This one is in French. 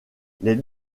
les